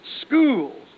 schools